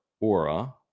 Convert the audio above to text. Aura